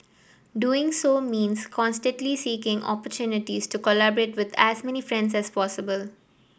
doing so means constantly seeking opportunities to collaborate with as many friends as possible